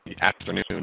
afternoon